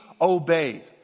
obeyed